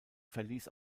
verließ